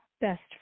best